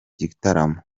gitaramo